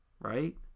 right